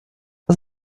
das